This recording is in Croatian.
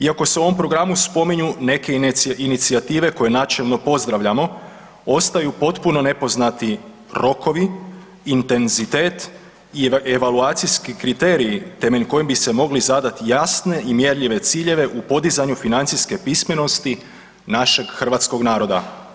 Iako se u ovom programu spominju neke inicijative koje načelno pozdravljamo ostaju potpuno nepoznati rokovi, intenzitet i evaluacijski kriteriji temeljem kojih bi se mogli zadati jasne i mjerljive ciljeve u podizanju financijske pismenosti našeg hrvatskog naroda.